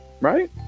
right